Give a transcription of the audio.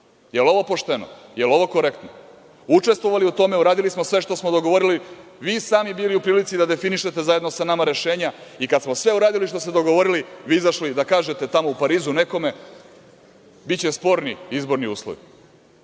ovo pošteno? Jel ovo korektno? Učestvovali u tome, uradili sve što smo dogovorili, vi sami bili u prilici da definišete zajedno sa nama rešenja i kada smo sve uradili što smo dogovorili, vi izašli da kažete tamo u Parizu nekome – biće sporni izborni uslovi.